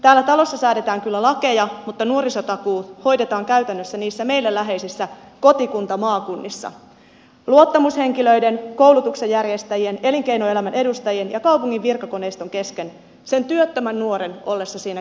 täällä talossa säädetään kyllä lakeja mutta nuorisotakuu hoidetaan käytännössä niissä meille läheisissä kotikuntamaakunnissa luottamushenkilöiden koulutuksen järjestäjien elinkeinoelämän edustajien ja kaupungin virkakoneiston kesken sen työttömän nuoren ollessa siinä keskiössä